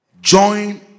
join